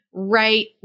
right